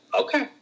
Okay